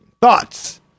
Thoughts